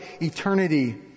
eternity